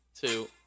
two